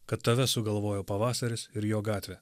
kad tave sugalvojo pavasaris ir jo gatvė